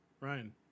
Ryan